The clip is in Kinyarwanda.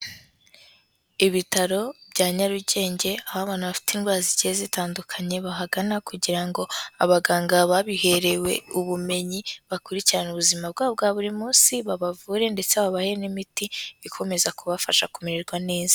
Ibitaro bya Nyarugenge, aho abantu bafite indwara zigiye zitandukanye bahagana kugira ngo abaganga babiherewe ubumenyi bakurikirane ubuzima bwabo bwa buri munsi, babavure ndetse babahe n'imiti ikomeza kubafasha kumererwa neza.